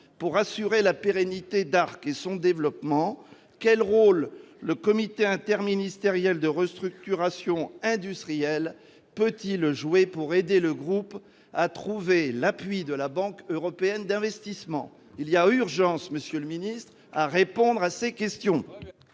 pour assurer la pérennité et le développement d'Arc International ? Quel rôle le Comité interministériel de restructuration industrielle peut-il jouer pour aider le groupe à obtenir l'appui de la Banque européenne d'investissement ? Il y a urgence, monsieur le secrétaire d'État, à répondre à ces questions